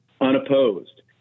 unopposed